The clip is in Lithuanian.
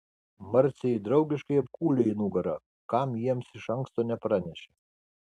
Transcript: marcė jį draugiškai apkūlė į nugarą kam jiems iš anksto nepranešė